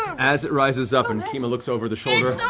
as it rises up and kima looks over the shoulder